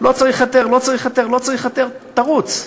לא צריך הֶיתר, לא צריך היתר, לא צריך היתר, תרוץ.